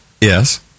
Yes